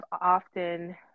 often